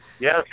Yes